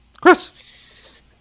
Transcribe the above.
Chris